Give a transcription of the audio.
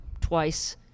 twice